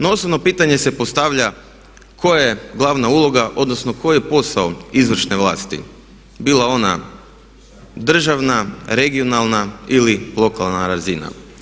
No, osnovno pitanje se postavlja koja je glavna uloga odnosno koji je posao izvršne vlasti bila ona državna, regionalna ili lokalna razina.